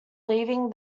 leaving